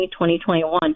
2021